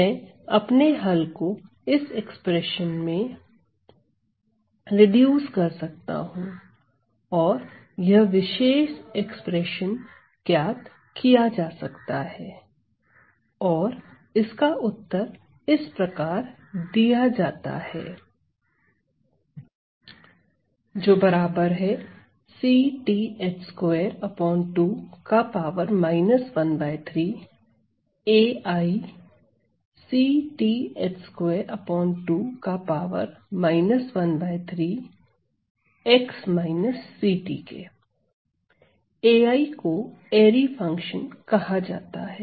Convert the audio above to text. मैं अपने हल को इस एक्सप्रेशन में रिड्यूस कर सकता हूं और यह विशेष एक्सप्रेशन ज्ञात किया जा सकता है और इसका उत्तर इस प्रकार दिया जाता है Aiको एरी फंक्शन कहा जाता है